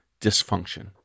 dysfunction